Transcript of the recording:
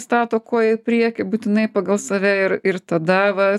stato koją į priekį būtinai pagal save ir ir tada va